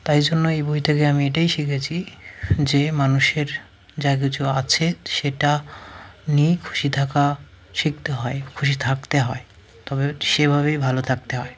তাই জন্য এই বইটা দিয়ে আমি এটাই শিখেছি যে মানুষের যা কিছু আছে সেটা নিয়েই খুশি থাকা শিখতে হয় খুশি থাকতে হয় তবে সেভাবেই ভালো থাকতে হয়